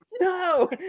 no